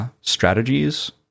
Strategies